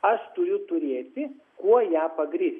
aš turiu turėti kuo ją pagrįsti